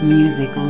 music